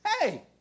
hey